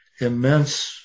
immense